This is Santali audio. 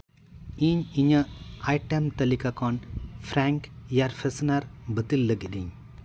ᱤᱧ ᱤᱧᱟᱹᱜ ᱟᱭᱴᱮᱢ ᱛᱟᱞᱤᱠᱟ ᱠᱷᱚᱱ ᱯᱷᱨᱮᱝᱠ ᱮᱭᱟᱨ ᱯᱷᱨᱮᱥᱱᱟᱨ ᱵᱟᱹᱛᱤᱞ ᱞᱟᱹᱜᱤᱫ ᱤᱧ